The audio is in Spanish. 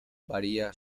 varía